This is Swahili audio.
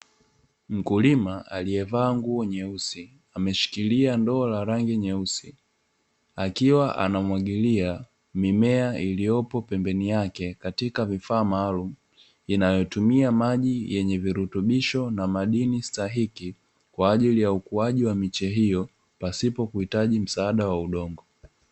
Mkulima aliyevaa nguo nyeusi ameshikilia ndoo leusi, akiwa anamwagilia mimea iliyopembeni yake katika vifaa maalumu inayotumia maki yenye virutubisho na madini stahikii katika mimea hio pasipo kuhitaji udongo.